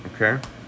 okay